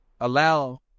allow